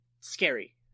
scary